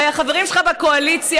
הרי החברים שלך בקואליציה,